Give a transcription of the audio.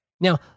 Now